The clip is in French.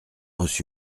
reçu